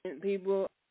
people